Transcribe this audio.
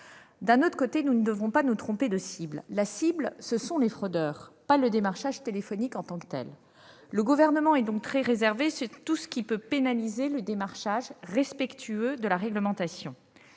consommateurs. Nous ne devons pas nous tromper de cible. La cible, ce sont les fraudeurs, et non le démarchage téléphonique en tant que tel. Le Gouvernement est donc très réservé sur tout ce qui peut pénaliser le démarchage respectueux de la réglementation